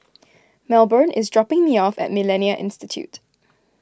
Melbourne is dropping me off at Millennia Institute